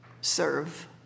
Serve